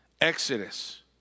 Exodus